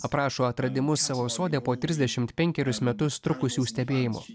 aprašo atradimus savo sode po trisdešimt penkerius metus trukusių stebėjimų